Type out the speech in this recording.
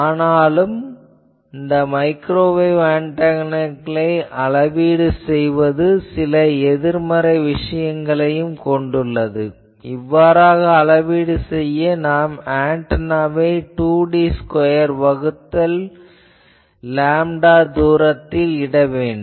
ஆனால் இந்த மைக்ரோவேவ் ஆன்டெனாக்களை அளவீடு செய்வது சில எதிர்மறை விஷயங்களையும் கொண்டுள்ளது இவ்வாறாக அளவீடு செய்ய நாம் ஆன்டெனாவை 2D ஸ்கொயர் வகுத்தல் லேம்டா தூரத்தில் இட வேண்டும்